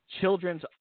Children's